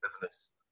business